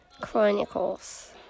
Chronicles